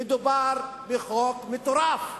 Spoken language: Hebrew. מדובר בחוק מטורף,